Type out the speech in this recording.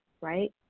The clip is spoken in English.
right